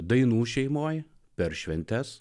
dainų šeimoje per šventes